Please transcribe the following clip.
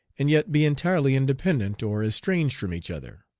and yet be entirely independent, or estranged from each other.